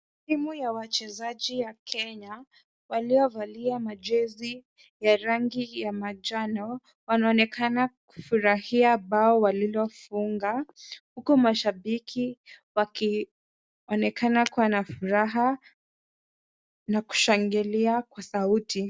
Timu ya wachezaji ya Kenya waliovalia majezi ya rangi ya manjano, wanaonekana kufurahia mbao walilofunga huku mashabiki wakionekana kuwa na furaha na kushangilia kwa sauti.